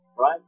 right